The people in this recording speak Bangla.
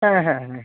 হ্যাঁ হ্যাঁ হ্যাঁ